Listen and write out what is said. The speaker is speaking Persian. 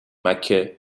مکه